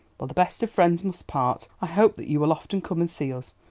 well, the best of friends must part. i hope that you will often come and see us.